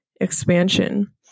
expansion